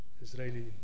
Israeli